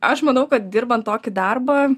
aš manau kad dirbant tokį darbą